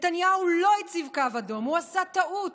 נתניהו לא הציב קו אדום, הוא עשה בטעות,